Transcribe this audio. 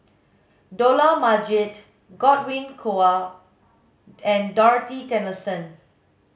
Dollah Majid Godwin Koay and Dorothy Tessensohn